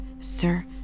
Sir